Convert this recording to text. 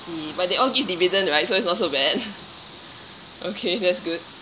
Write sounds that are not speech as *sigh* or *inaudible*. see but they all give dividend right so it's not so bad *laughs* okay that's good